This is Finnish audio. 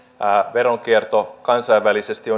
veronkierto kansainvälisesti